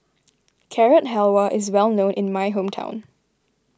Carrot Halwa is well known in my hometown